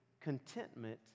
contentment